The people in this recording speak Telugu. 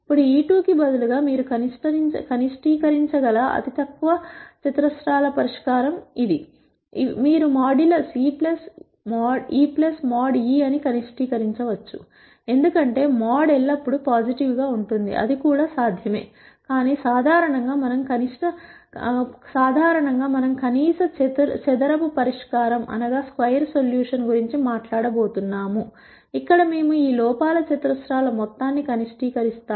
ఇప్పుడు e2 కు బదులుగా మీరు కనిష్టీకరించగల అతి తక్కువ చతురస్రాల పరిష్కారం ఇది మీరు modulus emod e mod e అని కనిష్టీకరించవచ్చు ఎందుకంటే మోడ్ ఎల్లప్పుడూ పాజిటివ్ గా ఉంటుంది అది కూడా సాధ్యమే కాని సాధారణంగా మనం కనీసం చదరపు పరిష్కారం గురించి మాట్లాడబోతున్నాం ఇక్కడ మేము ఈ లోపాల చతురస్రాల మొత్తాన్ని కనిష్టీకరిస్తాము